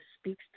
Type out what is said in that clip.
speaks